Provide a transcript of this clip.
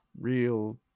real